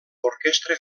orquestra